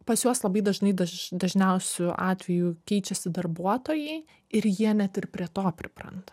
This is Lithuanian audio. pas juos labai dažnai daž dažniausiu atveju keičiasi darbuotojai ir jie net ir prie to pripranta